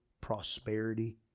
prosperity